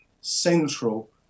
central